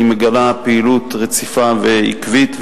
היא מגלה פעילות רציפה ועקבית,